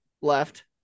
left